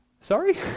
sorry